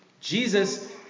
Jesus